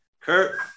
Kurt